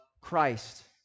Christ